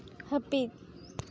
ᱦᱟᱹᱯᱤᱫ